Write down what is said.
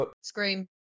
Scream